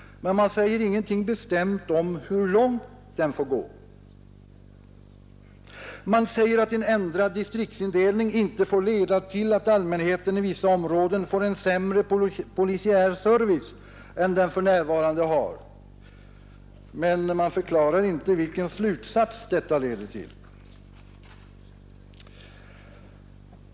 Men man säger ingenting bestämt om hur långt reformen bör gå. Man säger att en ändrad distriktsindelning inte får leda till att allmänheten i vissa områden får en sämre polisiär service än för närvarande, men man förklarar inte vilken slutsats detta leder till.